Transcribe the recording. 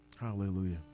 Hallelujah